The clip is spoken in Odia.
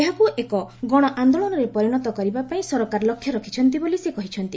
ଏହାକୁ ଏକ ଗଣ ଆନ୍ଦୋଳନରେ ପରିଣତ କରିବାପାଇଁ ସରକାର ଲକ୍ଷ୍ୟ ରଖିଛନ୍ତି ବୋଲି ସେ କହିଛନ୍ତି